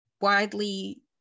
widely